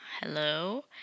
hello